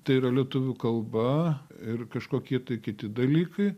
tai yra lietuvių kalba ir kažkoki kiti dalykai